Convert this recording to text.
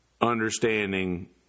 understanding